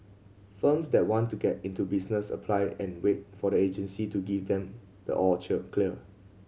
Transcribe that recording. firms that want to get into the business apply and wait for the agency to give them the all cheer clear